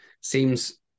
seems